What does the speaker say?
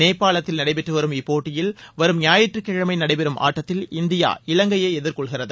நேபாளத்தில் நடைபெற்று வரும் இப்போட்டியில் வரும் ஞாயிற்றுக் கிழமை நடைபெறும் ஆட்டத்தில் இந்தியா இலங்கையை எதிர்கொள்கிறது